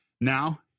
Now